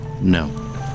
No